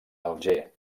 alger